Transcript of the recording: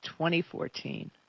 2014